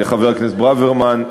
חבר הכנסת ברוורמן,